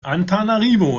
antananarivo